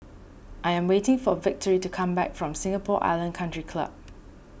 I am waiting for Victory to come back from Singapore Island Country Club